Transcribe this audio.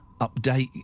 update